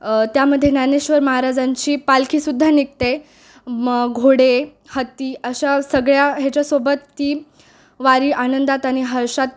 त्यामध्ये ज्ञानेश्वर महाराजांची पालखीसुद्धा निघते म घोडे हत्ती अशा सगळ्या ह्याच्यासोबत ती वारी आनंदात आणि हर्षात